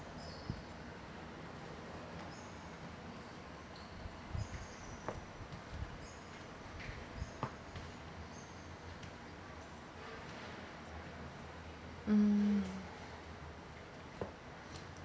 mm